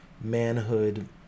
manhood